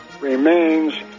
remains